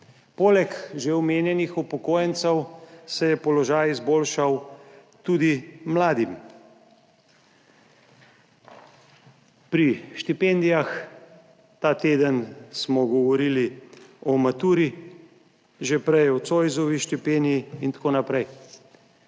Poleg že omenjenih upokojencev se je položaj izboljšal tudi mladim. Pri štipendijah, ta teden smo govorili o maturi, že prej o Zoisovi štipendiji in tako naprej.